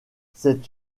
c’est